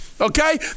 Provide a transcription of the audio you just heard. okay